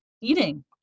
eating